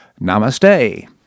Namaste